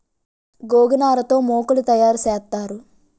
గోగనార తో మోకులు తయారు సేత్తారు